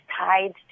tied